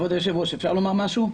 כבוד היושב-ראש, אפשר לומר משהו?